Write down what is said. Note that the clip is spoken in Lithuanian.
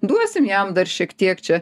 duosim jam dar šiek tiek čia